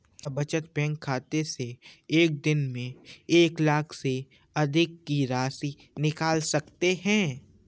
क्या बचत बैंक खाते से एक दिन में एक लाख से अधिक की राशि निकाल सकते हैं?